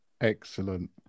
excellent